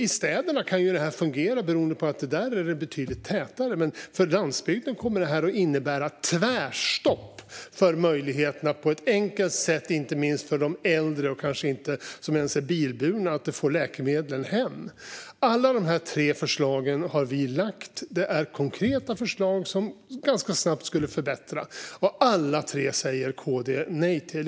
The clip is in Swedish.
I städerna kan det fungera, beroende på att det är betydligt tätare där, men för landsbygden kommer det att innebära tvärstopp för möjligheterna att på ett enkelt sätt - inte minst för de äldre och dem som kanske inte ens är bilburna - få läkemedel hem. Alla dessa tre förslag har vi lagt fram. Det är konkreta förslag som ganska snabbt skulle förbättra situationen. Alla tre säger KD nej till.